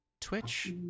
Twitch